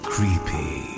Creepy